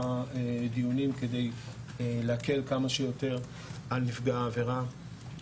דיונים כדי להקל כמה שיותר על נפגע העבירה.